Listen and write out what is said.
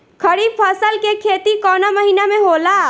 खरीफ फसल के खेती कवना महीना में होला?